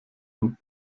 und